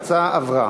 ההצעה עברה.